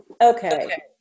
okay